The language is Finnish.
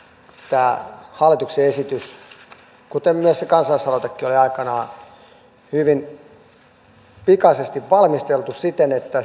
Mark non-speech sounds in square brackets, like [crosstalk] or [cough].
tämä hallituksen esitys on kuten myös se kansalaisaloitekin oli aikanaan hyvin pikaisesti valmisteltu siten että [unintelligible]